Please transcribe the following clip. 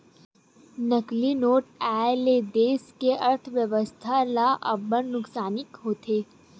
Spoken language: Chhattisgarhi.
नकली नोट आए ले देस के अर्थबेवस्था ल अब्बड़ नुकसानी होथे